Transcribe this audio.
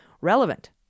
relevant